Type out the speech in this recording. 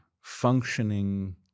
functioning